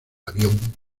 avión